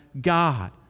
God